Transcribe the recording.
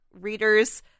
readers